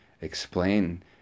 explain